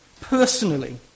personally